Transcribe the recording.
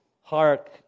Hark